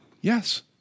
yes